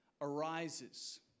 arises